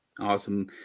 Awesome